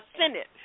Senate